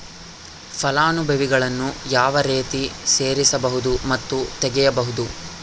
ಫಲಾನುಭವಿಗಳನ್ನು ಯಾವ ರೇತಿ ಸೇರಿಸಬಹುದು ಮತ್ತು ತೆಗೆಯಬಹುದು?